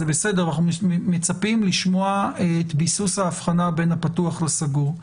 זה בסדר אנחנו מצפים לשמוע את ביסוס ההבחנה בין הפתוח לסגור.